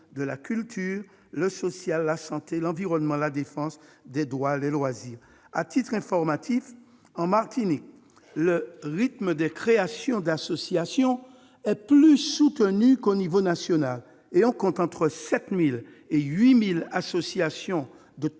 de la culture, du social, de la santé, de l'environnement, de la défense des droits, des loisirs ... À titre informatif, en Martinique, le rythme des créations d'associations est plus soutenu qu'à l'échelon national et l'on compte entre 7 000 et 8 000 associations de